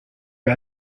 wer